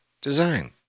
design